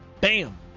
bam